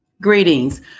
Greetings